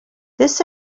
this